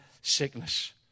sickness